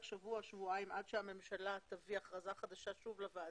שבוע-שבועיים עד שהממשלה תביא הכרזה חדשה שוב לוועדה,